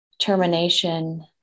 termination